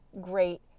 great